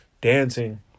dancing